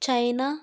China